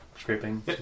scraping